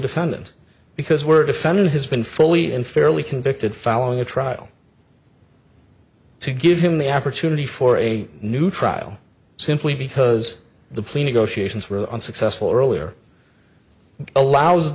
defendant because we're a defendant has been fully and fairly convicted following a trial to give him the opportunity for a new trial simply because the plea negotiations were unsuccessful earlier allows